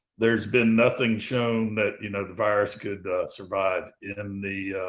there's been nothing shown that, you know, the virus could survive in the